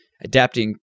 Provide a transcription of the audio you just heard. adapting